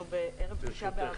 אנחנו בערב ט' באב.